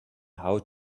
how